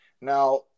Now